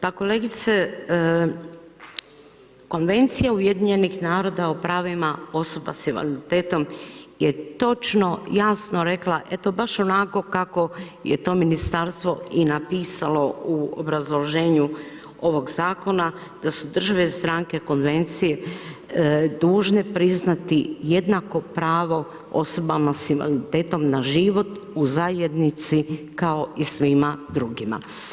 Pa kolegice, Konvencija UN-a o pravima osoba s invaliditetom je točno, jasno rekla, eto baš onako kako je to ministarstvo i napisalo u obrazloženju ovog zakona, da su države stranke konvencije dužne priznati jednako pravo osobama s invaliditetom na život u zajednici kao i svima drugima.